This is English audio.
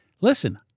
Listen